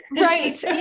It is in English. right